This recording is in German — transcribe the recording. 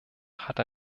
hat